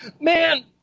Man